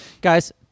Guys